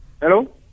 Hello